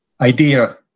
idea